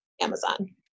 Amazon